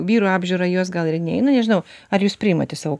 vyrų apžiūrą jos gal ir neina nežinau ar jūs priimat į savo